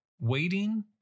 Waiting